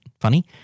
funny